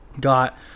got